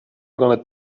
gonna